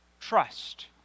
Trust